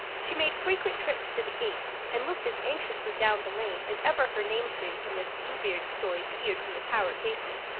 she made frequent trips to the gate and looked as anxiously down the lane as ever her namesake in the bluebeard story peered from the tower casement.